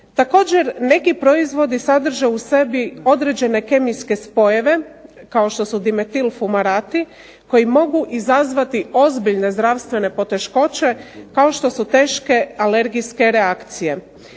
Također, neki proizvodi sadrže u sebi određene kemijske spojeve kao što su dimetil-fumarati koji mogu izazvati ozbiljne zdravstvene poteškoće kao što su teške alergijske reakcije.